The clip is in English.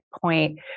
point